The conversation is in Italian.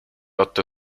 otto